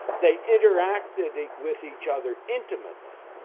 they interacted with each other intimately.